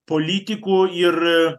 politikų ir